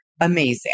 amazing